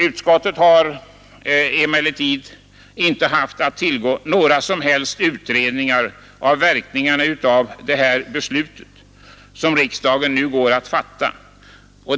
Utskottet har emellertid icke haft att tillgå några som helst utredningar av verkningarna av det beslut som riksdagen nu går att fatta.